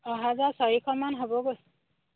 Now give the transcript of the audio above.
অহা যোৱা চাৰিশমান হ'বগৈ